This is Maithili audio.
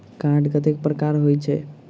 कार्ड कतेक प्रकारक होइत छैक?